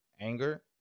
anger